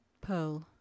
Pearl